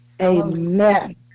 Amen